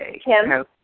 Kim